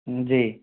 जी